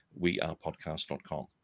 wearepodcast.com